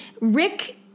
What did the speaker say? Rick